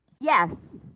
Yes